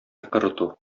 корыту